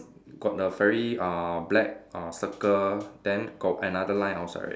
got the very uh black uh circle then got another line outside right